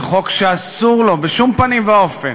זה חוק שאסור לו בשום פנים ואופן